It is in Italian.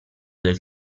del